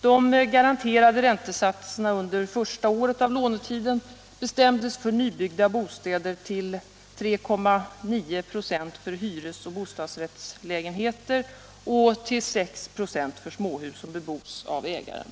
De garan Fredagen den terade räntesatserna under första året av lånetiden bestämdes för nybyggda 18 mars 1977 bostäder till 3,9 96 för hyres och bostadsrättslägenheter och till 6 96 för — småhus som bebos av ägaren.